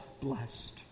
blessed